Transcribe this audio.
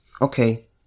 okay